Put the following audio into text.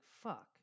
fuck